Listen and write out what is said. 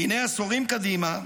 והינה עשורים קדימה,